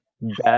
best